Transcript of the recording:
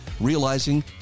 realizing